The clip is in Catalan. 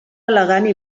elegant